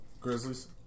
Grizzlies